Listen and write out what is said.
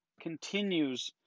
continues